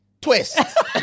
twist